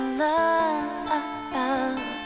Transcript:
love